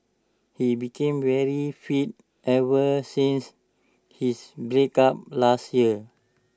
he became very fit ever since his breakup last year